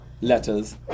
letters